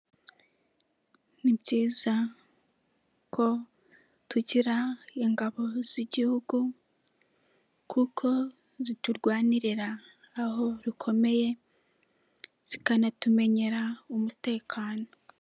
Ni byiza ko tugira ingabo z'igihugu kuko ziturwanirira aho rukomeye zikanatumenyera umutekano.